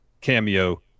Cameo